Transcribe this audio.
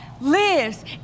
lives